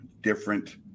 different